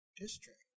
district